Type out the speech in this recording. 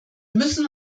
müssen